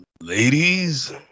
ladies